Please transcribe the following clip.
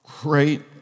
great